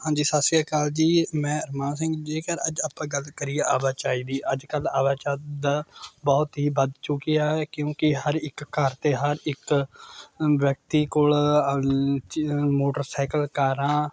ਹਾਂਜੀ ਸਤਿ ਸ਼੍ਰੀ ਅਕਾਲ ਜੀ ਮੈਂ ਅਰਮਾਨ ਸਿੰਘ ਜੇਕਰ ਅੱਜ ਆਪਾਂ ਗੱਲ ਕਰੀਏ ਆਵਾਜਾਈ ਦੀ ਅੱਜ ਕੱਲ੍ਹ ਆਵਾਜਾਦ ਦਾ ਬਹੁਤ ਹੀ ਵੱਧ ਚੁੱਕੀ ਹੈ ਕਿਉਂਕਿ ਹਰ ਇੱਕ ਘਰ ਅਤੇ ਹਰ ਇੱਕ ਵਿਅਕਤੀ ਕੋਲ ਚ ਮੋਟਰਸਾਈਕਲ ਕਾਰਾਂ